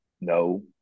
no